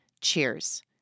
Cheers